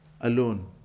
alone